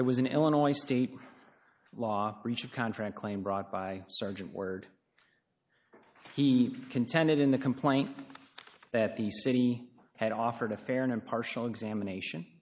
there was an illinois state law breach of contract claim brought by sergeant word he contended in the complaint that the city had offered a fair and impartial examination